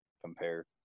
compare